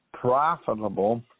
profitable